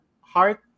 Heart